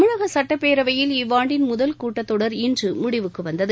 தமிழக சட்டப்பேரவையில் இவ்வாண்டின் முதல் கூட்டத் தொடர் இன்று முடிவுக்கு வந்தது